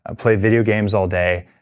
ah play video games all day,